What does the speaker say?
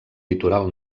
litoral